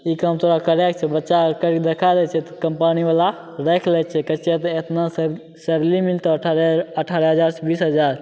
ई काम तोहरा करैके छौ बच्चा करिके देखै दै छै तऽ कम्पनीवला राखि लै छै कहै छै एतना से सैलरी मिलतौ अठारह हजार से बीस हजार